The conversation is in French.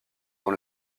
dans